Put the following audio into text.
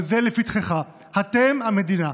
וזה לפתחך: אתם המדינה,